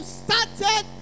started